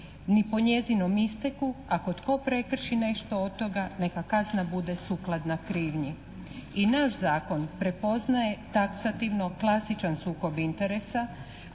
ni po njezinom isteku, ako tko prekrši nešto od toga, neka kazna bude sukladna krivnji". I naš zakon prepoznaje taksativno klasičan sukob interesa